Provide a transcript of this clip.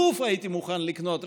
לוף הייתי מוכן לקנות,